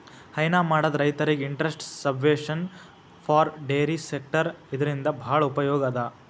ಹೈನಾ ಮಾಡದ್ ರೈತರಿಗ್ interest subvention for dairy sector ಇದರಿಂದ್ ಭಾಳ್ ಉಪಯೋಗ್ ಅದಾ